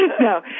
No